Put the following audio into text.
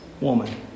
woman